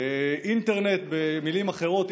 במילים אחרות,